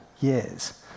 years